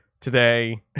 today